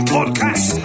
Podcast